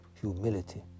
humility